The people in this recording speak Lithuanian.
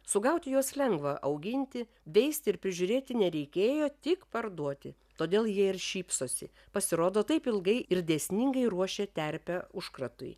sugauti juos lengva auginti veisti ir prižiūrėti nereikėjo tik parduoti todėl jie ir šypsosi pasirodo taip ilgai ir dėsningai ruošia terpę užkratui